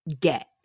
get